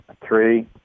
three